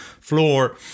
floor